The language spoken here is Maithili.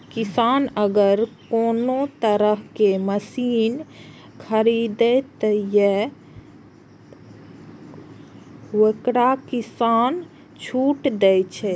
किसान अगर कोनो तरह के मशीन खरीद ते तय वोकरा सरकार छूट दे छे?